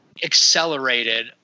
accelerated